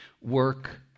work